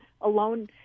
alone